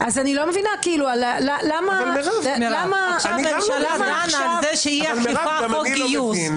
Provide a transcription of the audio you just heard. גם אני לא מבין --- זה שתהיה אכיפה על חוק גיוס,